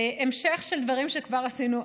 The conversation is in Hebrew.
זה המשך של דברים שכבר עשינו,